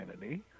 Kennedy